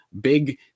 big